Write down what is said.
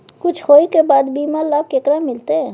कुछ होय के बाद बीमा लाभ केकरा मिलते?